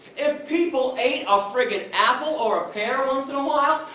if people ate a frickin' apple or a pear once in awhile,